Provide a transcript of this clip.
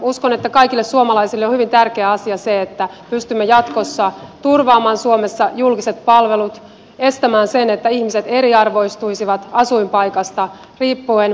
uskon että kaikille suomalaisille on hyvin tärkeä asia se että pystymme jatkossa turvaamaan suomessa julkiset palvelut estämään sen että ihmiset eriarvoistuisivat asuinpaikasta riippuen